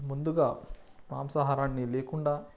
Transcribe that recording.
ముందుగా మాంసాహారాన్ని లేకుండా